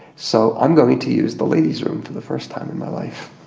so i'm going to use the ladies room for the first time in my life.